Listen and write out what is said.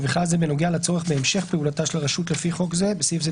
ובכלל זה בנוגע לצורך בהמשך פעולתה של הרשות לפי חוק זה (בסעיף זה,